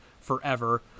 forever